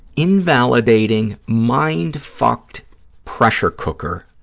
invalidating, mind-fucked pressure cooker,